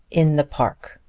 in the park.